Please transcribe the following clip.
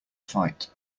fight